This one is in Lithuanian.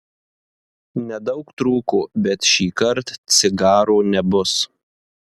nedaug trūko bet šįkart cigaro nebus